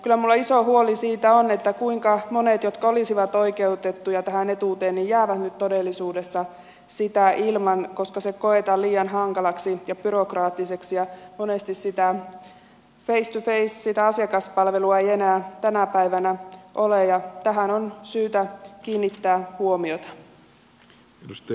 kyllä minulla iso huoli siitä on että kuinka monet jotka olisivat oikeutettuja tähän etuuteen jäävät nyt todellisuudessa sitä ilman koska se koetaan liian hankalaksi ja byrokraattiseksi ja monesti sitä face to face asiakaspalvelua ei enää tänä päivänä ole ja tähän on syytä kiinnittää huomiota